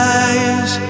eyes